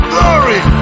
Glory